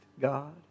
God